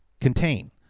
contain